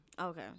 Okay